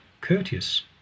courteous